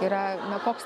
yra koks